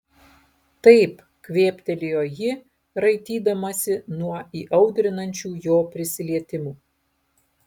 taip kvėptelėjo ji raitydamasi nuo įaudrinančių jo prisilietimų